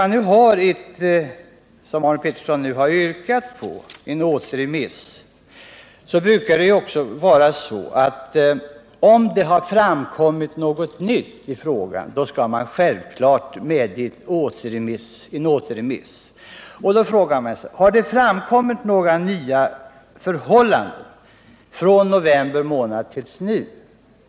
Nu har Arne Pettersson yrkat på återremiss, och när något nytt har framkommit i en fråga skall man självklart medge återremiss. Då frågar man sig: Har det framkommit några nya förhållanden under tiden från november månad till nu?